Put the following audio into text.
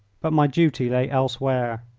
but my duty lay elsewhere.